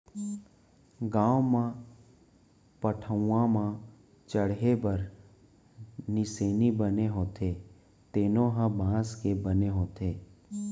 गाँव म पटअउहा म चड़हे बर निसेनी बने होथे तेनो ह बांस के बने होथे